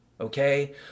Okay